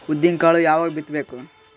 ಉದ್ದಿನಕಾಳು ಯಾವಾಗ ಬಿತ್ತು ಬೇಕು?